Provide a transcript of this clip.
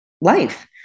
life